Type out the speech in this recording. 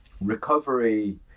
recovery